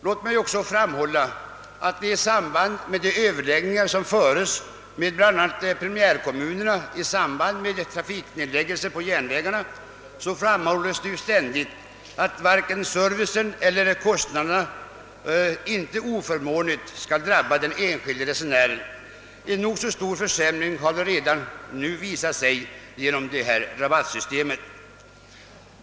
Låt mig också framhålla att det i samband med överläggningar som förs med bl.a. primärkommunerna vid trafiknedläggelser på järnvägarna ständigt framhålles att det varken i fråga om servicen eller kostnaderna får bli några försämringar som drabbar den enskilde resenären. En nog så stor försämring har emellertid redan skett när det gäller rabattsystemet.